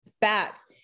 bats